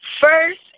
First